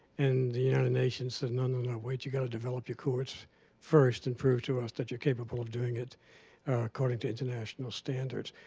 and the united nations said, no, no, no, wait you got to develop your courts first and prove to us that you're capable of doing it according to international standards.